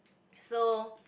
so